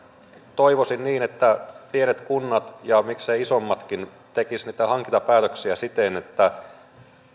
toivoisin että pienet kunnat ja mikseivät isommatkin tekisivät niitä hankintapäätöksiä siten että